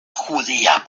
judía